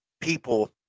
people